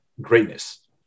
greatness